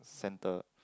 centre